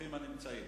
ברוכים הנמצאים.